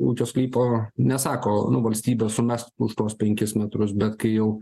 ūkio sklypo nesako nu valstybė sumes už tuos penkis metrus bet kai jau